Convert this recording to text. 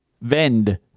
Vend